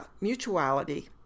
mutuality